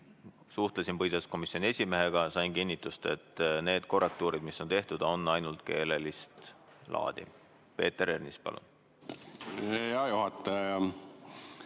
Suhtlesin põhiseaduskomisjoni esimehega ja sain kinnitust, et need korrektuurid, mis on tehtud, on ainult keelelist laadi. Peeter Ernits, palun!